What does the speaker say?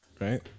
right